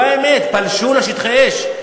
זו האמת, פלשו לשטחי האש.